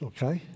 Okay